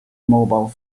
mobile